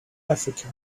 africa